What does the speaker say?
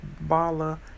Bala